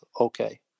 okay